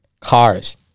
Cars